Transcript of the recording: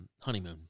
honeymoon